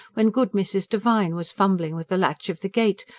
when good mrs. devine was fumbling with the latch of the gate,